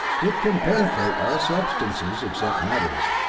it can penetrate all substances except metals,